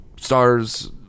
stars